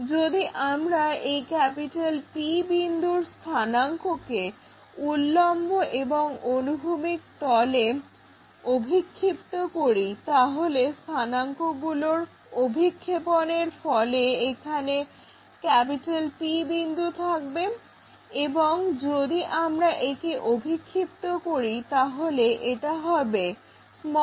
যদি আমরা এই P বিন্দুর স্থানাঙ্ককে উল্লম্ব এবং অনুভূমিক তলে অভিক্ষিপ্ত করি তাহলে স্থানাঙ্কগুলোর অভিক্ষেপণের ফলে এখানে P বিন্দু থাকবে এবং যদি আমরা একে অভিক্ষিপ্ত করি তাহলে এটা হবে p